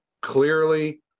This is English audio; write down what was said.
clearly